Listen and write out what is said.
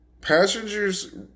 Passengers